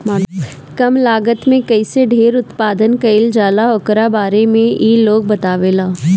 कम लागत में कईसे ढेर उत्पादन कईल जाला ओकरा बारे में इ लोग बतावेला